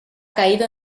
caído